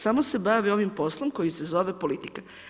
Samo se bavi ovim poslom koji se zove politika.